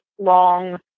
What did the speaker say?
long